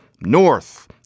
north